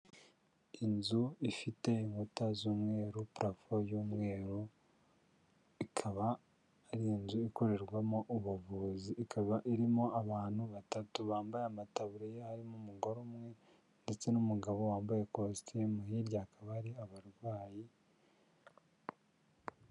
Inzu ifite inkuta z'umweru, purafo y'umweru, ikaba ari inzu ikorerwamo ubuvuzi, ikaba irimo abantu batatu bambaye amataburiya harimo umugore umwe, ndetse n'umugabo wambaye ikositimu, hirya hakaba hari abarwayi.